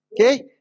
Okay